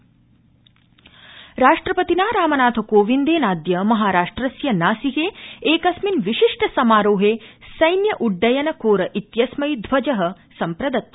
राष्ट्रपति राष्ट्रपतिना रामनाथकोविन्देनाद्य महाराष्ट्रस्य नासिके एकस्मिन् विशिष्टसमारोहे सैन्य उड्डयन कोर व्विस्मै ध्वज सम्प्रदत्त